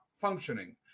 functioning